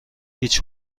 هیچ